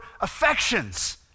affections